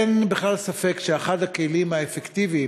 אין בכלל ספק שאחד הכלים האפקטיביים,